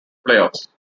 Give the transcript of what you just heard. playoffs